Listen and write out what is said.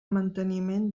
manteniment